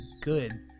good